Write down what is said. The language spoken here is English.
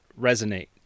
resonate